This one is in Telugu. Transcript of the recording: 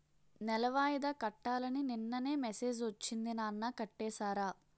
నెల వాయిదా కట్టాలని నిన్ననే మెసేజ్ ఒచ్చింది నాన్న కట్టేసారా?